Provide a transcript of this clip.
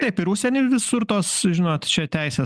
taip ir užsieny visur tos žinot čia teisė